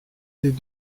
des